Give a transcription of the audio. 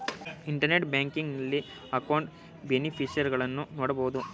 internet banking ನಲ್ಲಿ ಅಕೌಂಟ್ನ ಬೇನಿಫಿಷರಿಗಳನ್ನು ನೋಡಬೋದು